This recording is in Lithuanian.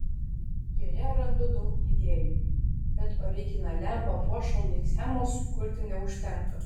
joje randu daug idėjų bet originaliam papuošalui schemos sukurti neužtenka